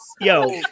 Yo